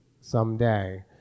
someday